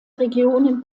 regionen